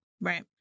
Right